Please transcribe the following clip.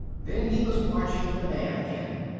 then he was watching the man again.